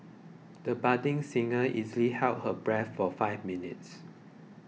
the budding singer easily held her breath for five minutes